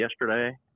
yesterday